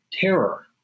terror